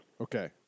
okay